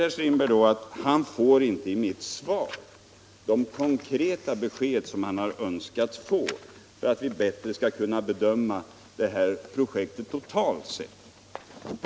Herr Strindberg säger sedan att han i mitt svar inte får de konkreta besked han önskat för att bättre kunna bedöma projektet totalt sett.